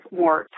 more